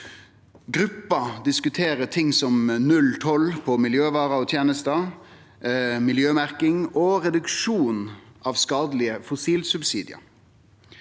Gruppa diskuterer ting som null toll på miljøvarer og -tenester, miljømerking og reduksjon av skadelege fossilsubsidiar.